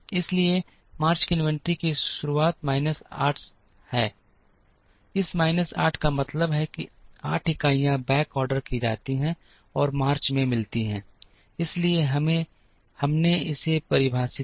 इसलिए मार्च की इन्वेंट्री की शुरुआत माइनस 8 है इस माइनस 8 का मतलब है कि 8 इकाइयां बैक ऑर्डर की जाती हैं और मार्च में मिलती हैं इसलिए हमने इसे परिभाषित किया